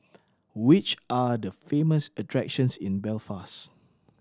which are the famous attractions in Belfast